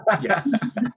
Yes